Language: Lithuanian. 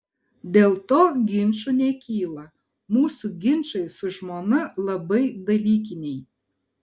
dėl to ginčų nekyla mūsų ginčai su žmona labai dalykiniai